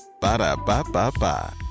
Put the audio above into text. Ba-da-ba-ba-ba